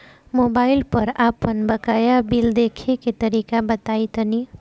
Mobile पर आपन बाकाया बिल देखे के तरीका बताईं तनि?